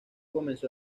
comenzó